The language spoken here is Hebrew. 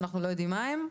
שאנחנו לא יודעים מה הם,